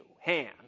hand